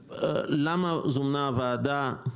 למה זומנה הישיבה של הוועדה הזאת,